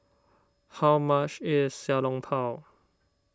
how much is Xiao Long Bao